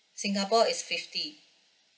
singapore is fifty